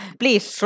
please